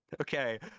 Okay